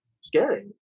scary